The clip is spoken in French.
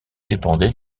dépendait